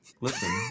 Listen